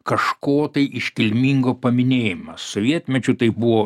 kažko tai iškilmingo paminėjimas sovietmečiu tai buvo